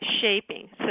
shaping